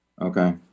Okay